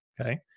Okay